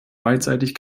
beidseitig